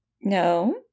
No